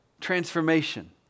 transformation